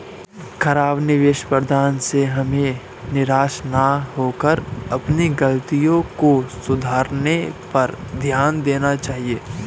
खराब निवेश प्रदर्शन से हमें निराश न होकर अपनी गलतियों को सुधारने पर ध्यान देना चाहिए